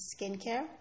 skincare